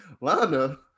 Lana